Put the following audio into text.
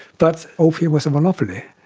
but opium was a monopoly,